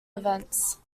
events